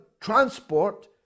Transport